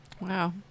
Wow